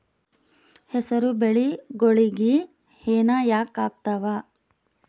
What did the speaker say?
ಹೆಸರು ಬೆಳಿಗೋಳಿಗಿ ಹೆನ ಯಾಕ ಆಗ್ತಾವ?